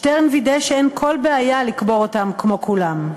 שטרן וידא שאין כל בעיה לקבור אותם כמו כולם.